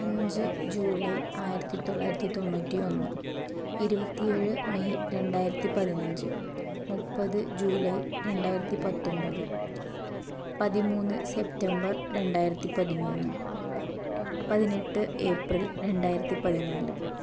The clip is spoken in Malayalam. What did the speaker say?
അഞ്ച് ജൂലൈ ആയിരത്തിതൊള്ളായിരത്തി തൊണ്ണൂറ്റി ഒന്ന് ഇരുപത്തിയേഴ് മെയ് രണ്ടായിരത്തി പതിനഞ്ച് മുപ്പത് ജൂലൈ രണ്ടായിരത്തി പത്തൊൻപത് പതിമൂന്ന് സെപ്റ്റംബർ രണ്ടായിരത്തി പതിമൂന്ന് പതിനെട്ട് ഏപ്രിൽ രണ്ടായിരത്തി പതിനാല്